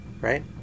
Right